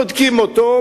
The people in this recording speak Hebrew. בודקים אותו,